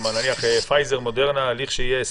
נניח, פייזר או מודרנה מה